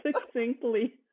succinctly